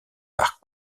par